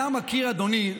אתה מכיר, אדוני,